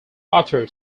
authored